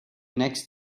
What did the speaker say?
next